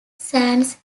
sands